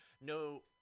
no –